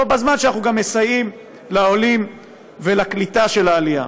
בו בזמן שאנחנו גם מסייעים לעולים ולקליטה של העלייה.